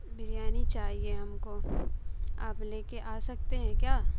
بریانی چاہیے ہم کو آپ لے کے آ سکتے ہیں کیا